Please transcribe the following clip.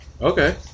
Okay